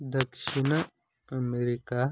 దక్షిణ అమెరికా